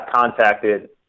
contacted